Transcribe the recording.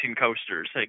coasters